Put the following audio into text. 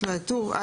התשפ"ג-2022,